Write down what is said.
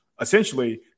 Essentially